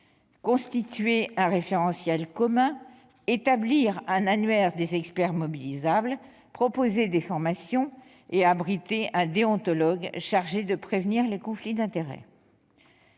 constituer un référentiel commun, établir un annuaire des experts mobilisables, proposer des formations et abriter un déontologue chargé de prévenir les conflits d'intérêts.